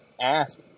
ask